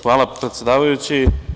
Hvala, predsedavajući.